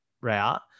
route